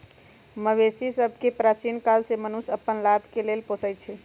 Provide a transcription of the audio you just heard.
मवेशि सभके प्राचीन काले से मनुष्य अप्पन लाभ के लेल पोसइ छै